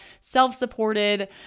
self-supported